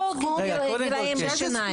לא גילאים בשיניים.